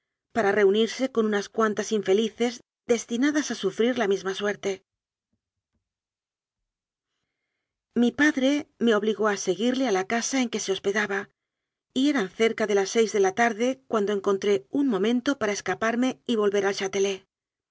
para reunir se con unas cuantas infelices destinadas a sufrir la misma suerte mi padre me obligó a seguirle a la casa en que se hospedaba y eran cerca de las seis de la tarde cuando encontré un momento para escaparme y volver